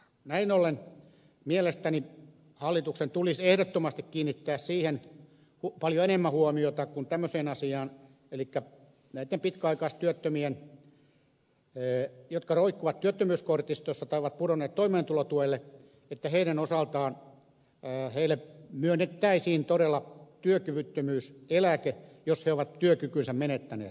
näin ollen mielestäni hallituksen tulisi ehdottomasti paljon enemmän kuin tämmöiseen asiaan kiinnittää huomiota pitkäaikaistyöttömiin jotka roikkuvat työttömyyskortistossa tai ovat pudonneet toimeentulotuelle että heille todella myönnettäisiin työkyvyttömyyseläke jos he ovat työkykynsä menettäneet